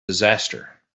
disaster